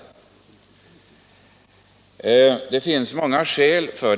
Det finns många skäl härför.